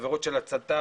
עבירות של הצתה,